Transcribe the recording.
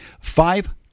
Five